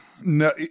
No